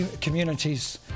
communities